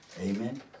Amen